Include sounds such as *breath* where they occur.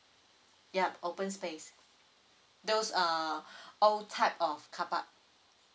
ya open space those uh *breath* old type of carpark